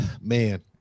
man